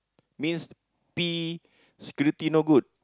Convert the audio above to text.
means P security not good